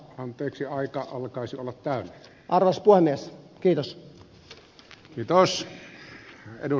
anteeksi vaikka alkaisivat tai arvostuaines arvoisa puhemies